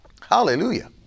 Hallelujah